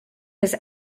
his